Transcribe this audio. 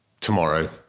tomorrow